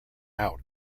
out